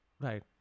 Right